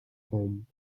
home